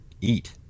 Eat